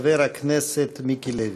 חבר הכנסת מיקי לוי.